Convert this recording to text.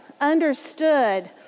understood